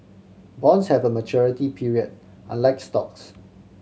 bonds have a maturity period unlike stocks